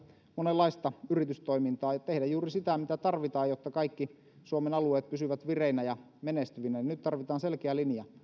monenlaista yritystoimintaa tehdä juuri sitä mitä tarvitaan jotta kaikki suomen alueet pysyvät vireinä ja menestyvinä nyt tarvitaan selkeä linja